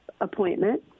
appointment